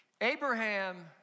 Abraham